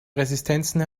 resistenzen